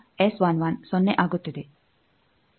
ಆದ್ದರಿಂದ ಸೊನ್ನೆ ಆಗುತ್ತಿದೆ